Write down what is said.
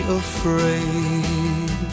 afraid